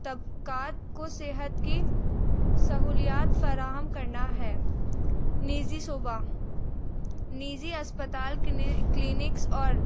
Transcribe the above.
طبقات کو صحت کی سہولیات فراہم کرنا ہے نزی صوبہ نجی اسپتال کلینکس اور